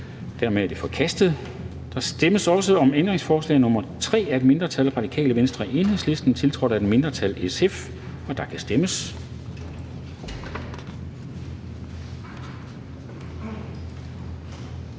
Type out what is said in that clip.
er forkastet. Der stemmes om ændringsforslag nr. 4 af et mindretal (RV og EL), tiltrådt af et mindretal (SF), og der kan stemmes.